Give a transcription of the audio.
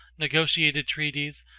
negotiated treaties,